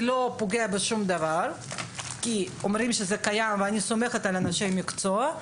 זה לא פוגע בשום דבר כי אומרים שזה קיים ואני סומכת על אנשי המקצוע,